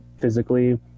physically